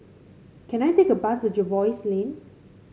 can I take a bus to Jervois Lane